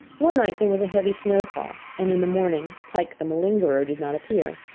one night there was a heavy snowfall, and in the morning pike, the malingerer, did not appear.